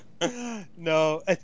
No